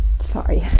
Sorry